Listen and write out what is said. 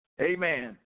Amen